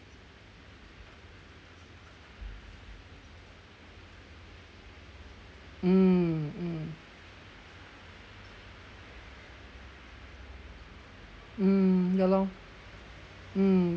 mm mm mm ya lor mm